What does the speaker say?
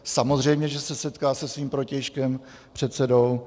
Samozřejmě že se setká se svým protějškem předsedou.